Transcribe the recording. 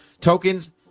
tokens